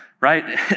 right